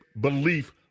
belief